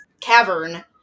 cavern